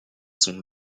sont